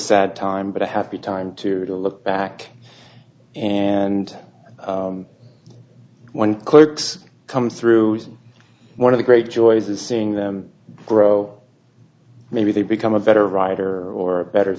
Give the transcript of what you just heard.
sad time but a happy time to to look back and when clerks come through one of the great joys is seeing them grow maybe they become a better writer or a better